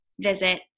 visit